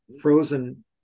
frozen